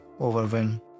overwhelm